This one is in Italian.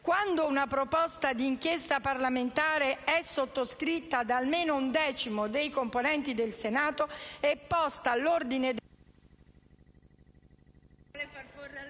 «Quando una proposta di inchiesta parlamentare è sottoscritta da almeno un decimo dei componenti del Senato, è posta all'ordine del giorno